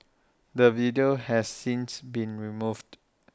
the video has since been removed